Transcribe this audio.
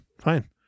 Fine